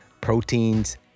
proteins